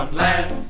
land